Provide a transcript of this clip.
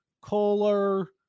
Kohler